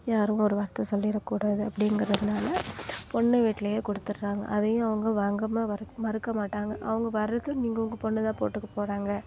யாரும் ஒரு வார்த்தை சொல்லிற கூடாது அப்படிங்கிறதுனால பொண்ணு வீட்டிலயே கொடுத்துடுறாங்க அதையும் அவங்க வாங்காமல் மறுக்க மாட்டாங்க அவங்க வர்றது நீங்கள் உங்கள் பொண்ணு தான் போட்டுக்க போறாங்க